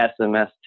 SMS